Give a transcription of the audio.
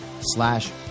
slash